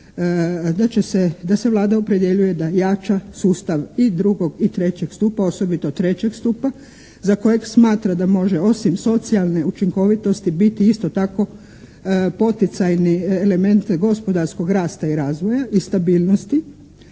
da se Vlada opredjeljuje da jača sustav i drugog i trećeg stupa, osobito trećeg stupa za kojeg smatra da može osim socijalne učinkovitosti biti isto tako poticajni element gospodarskog rasta i razvoja i stabilnosti.